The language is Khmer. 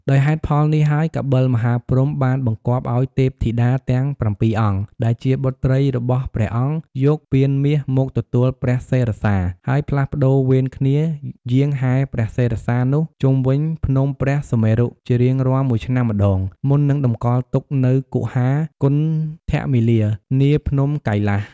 ដោយហេតុផលនេះហើយ កបិលមហាព្រហ្មបានបង្គាប់ឲ្យ ទេពធីតាទាំងប្រាំពីរអង្គ ដែលជាបុត្រីរបស់ព្រះអង្គ យកពានមាសមកទទួលព្រះសិរសា ហើយផ្លាស់ប្ដូរវេនគ្នាយាងហែព្រះសិរសានោះជុំវិញភ្នំព្រះសុមេរុជារៀងរាល់ ១ ឆ្នាំម្ដង មុននឹងតម្កល់ទុកនៅគុហាគន្ធមាលី នាភ្នំកៃលាស។